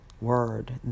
Word